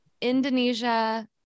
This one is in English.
Indonesia